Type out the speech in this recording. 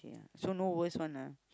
ya so no worst one ah